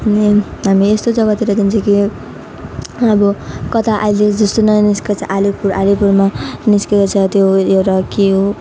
अनि हामी यस्तो जग्गातिर जान्छ कि अब कता अहिले जस्तो नयाँ निस्केको छ अलिपुर अलिपुरमा निस्केको छ त्यो एउटा के हो